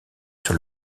sur